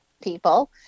people